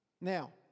Now